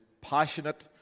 passionate